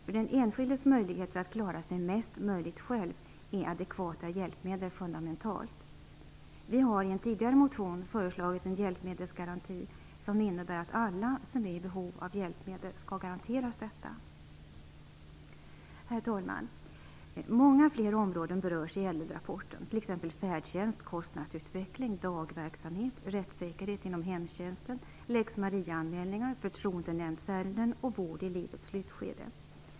För den enskildes möjligheter att klara sig själv så mycket som möjligt är adekvata hjälpmedel fundamentalt. Vi har i en tidigare motion föreslagit en hjälpmedelsgaranti som innebär att alla som är i behov av hjälpmedel skall garanteras detta. Herr talman! Många fler områden berörs i ÄDEL rapporten, t.ex. färdtjänst, kostnadsutveckling, dagverksamhet, rättssäkerhet inom hemtjänsten, lex Maria-anmälningar, förtroendenämndsärenden och vård i livets slutskede.